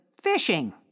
fishing